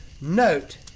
Note